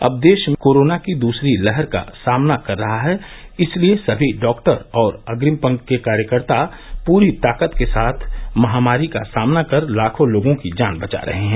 अब देश कोरोना की दूसरी लहर का सामना कर रहा है इसलिए सभी डॉक्टर और अग्रिम पंक्ति के कार्यकर्ता पूरी ताकत के साथ महामारी का सामना कर रहे हैं लाखों लोगों की जान बचा रहे हैं